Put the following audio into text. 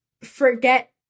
forget